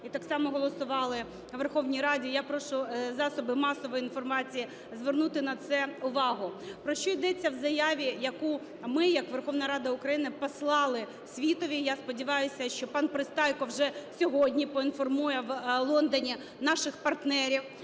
і так само голосували у Верховній Раді. Я прошу засоби масової інформації звернути на це увагу. Про що йдеться в заяві, яку ми як Верховна Рада України послали світові, я сподіваюся, що пан Пристайко вже сьогодні поінформує в Лондоні наших партнерів.